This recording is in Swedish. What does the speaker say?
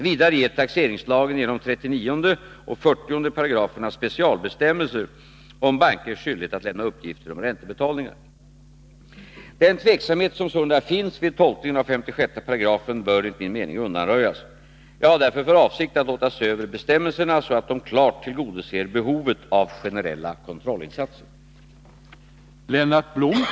Vidare ger taxeringslagen genom 39 och 40 §§ specialbestämmelser om bankers skyldighet att lämna uppgifter om räntebetalningar. Den tveksamhet som sålunda finns vid tolkningen av 56 § bör enligt min mening undanröjas. Jag har därför för avsikt att låta se över bestämmelserna, Nr 104 så att de klart tillgodoser behovet av generella kontrollinsatser. Tisdagen den